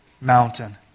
mountain